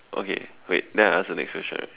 okay wait then I answer next question right